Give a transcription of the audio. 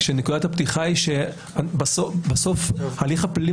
רק שנקודת הפתיחה היא שבסוף ההליך הפלילי